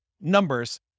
numbers